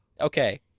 Okay